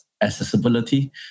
accessibility